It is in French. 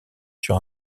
sur